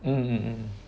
mm mm